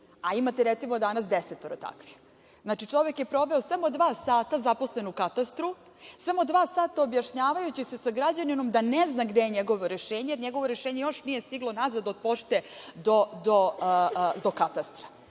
a imate danas desetoro takvih. Znači, čovek je proveo samo dva sata zaposlenog u Katastru, samo dva sata objašnjavajući se sa građaninom da ne zna gde je njegovo rešenje, jer njegovo rešenje još nije stiglo nazad od pošte do Katastra. Sada